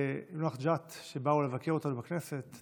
יאנוח-ג'ת שבאו לבקר אותנו בכנסת.